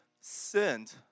sinned